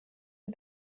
for